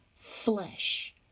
flesh